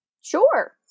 Sure